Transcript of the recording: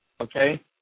okay